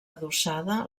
adossada